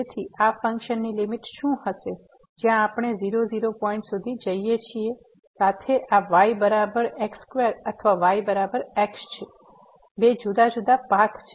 તેથી અહીં આ ફંક્શનની લીમીટ શું હશે જ્યાં આપણે આ 00 પોઈન્ટ સુધી જઈ છીએ સાથે આ y બરાબર x સ્ક્વેર અથવા y બરાબર x છે બે જુદા જુદા પાથ છે